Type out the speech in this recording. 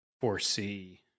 foresee